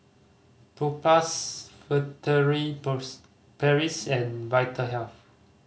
Propass Furtere Paris and Vitahealth